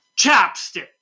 Chapstick